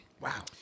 Wow